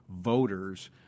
voters